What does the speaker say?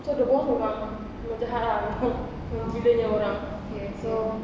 so the boss memang memang jahat ah gilanya orang